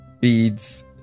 beads